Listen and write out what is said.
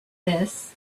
this